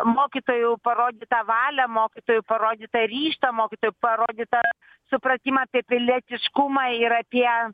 mokytojų parodytą valią mokytojų parodytą ryžtą mokytojų parodytą supratimą apie pilietiškumą yra tie